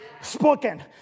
spoken